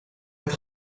het